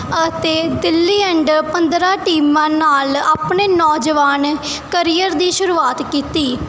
ਅਤੇ ਦਿੱਲੀ ਐਂਡ ਪੰਦਰਾਂ ਟੀਮਾਂ ਨਾਲ ਆਪਣੇ ਨੌਜਵਾਨ ਕਰੀਅਰ ਦੀ ਸ਼ੁਰੂਆਤ ਕੀਤੀ